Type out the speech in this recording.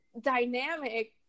dynamic